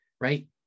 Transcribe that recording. right